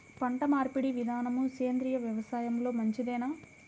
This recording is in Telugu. పంటమార్పిడి విధానము సేంద్రియ వ్యవసాయంలో మంచిదేనా?